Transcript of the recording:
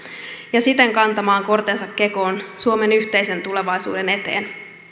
ja siten kantamaan kortensa kekoon suomen yhteisen tulevaisuuden eteen